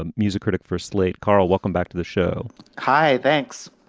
um music critic for slate. carl, welcome back to the show hi. thanks.